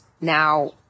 now